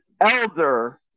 elder